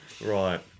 Right